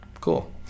Cool